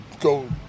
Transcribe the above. go